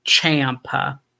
Champa